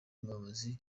umuyobozi